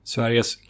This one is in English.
Sveriges